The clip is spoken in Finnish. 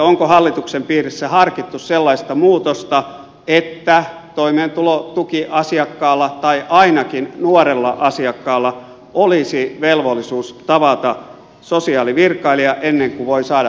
onko hallituksen piirissä harkittu sellaista muutosta että toimeentulotukiasiakkaalla tai ainakin nuorella asiakkaalla olisi velvollisuus tavata sosiaalivirkailija ennen kuin voi saada pitempään toimeentulotukea